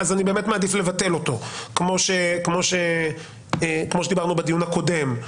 אני באמת מעדיף לבטל אותו כמו שדיברנו בדיון הקודם.